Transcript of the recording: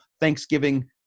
Thanksgiving